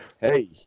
Hey